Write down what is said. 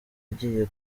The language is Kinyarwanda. igiye